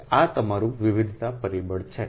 તેથી આ તમારું વિવિધતા પરિબળ છે